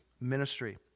ministry